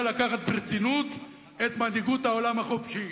לקחת ברצינות את מנהיגות העולם החופשי,